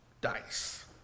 dice